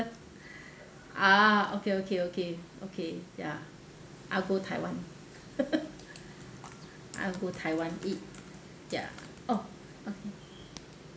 ah okay okay okay okay ya I'll go taiwan I'll go taiwan eat ya oh okay